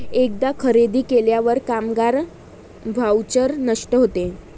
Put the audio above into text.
एकदा खरेदी केल्यावर कामगार व्हाउचर नष्ट होते